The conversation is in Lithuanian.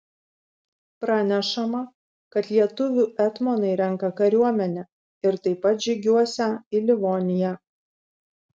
pranešama kad lietuvių etmonai renką kariuomenę ir taip pat žygiuosią į livoniją